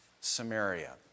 Samaria